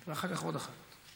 ואחר כך עוד אחת.